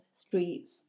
streets